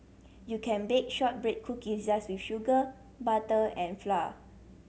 you can bake shortbread cookies just with sugar butter and flour